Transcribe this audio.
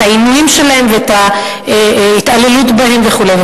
את העינויים שלהם ואת ההתעללות בהם וכו'.